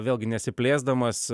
vėlgi nesiplėsdamas